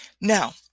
Now